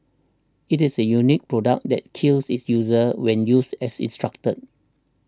it is a unique product that kills its user when used as instructed